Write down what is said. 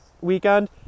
weekend